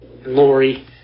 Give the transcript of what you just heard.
Lori